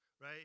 right